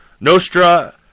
nostra